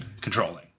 controlling